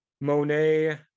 Monet